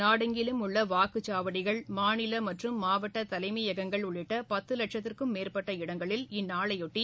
நாடெங்கிலும் உள்ள வாக்குச்சாவடிகள் மாநில மற்றும் மாவட்ட தலைமையகங்கள் உள்ளிட்ட பத்து லட்சத்துக்கும் மேற்பட்ட இடங்களில் இந்நாளையொட்டி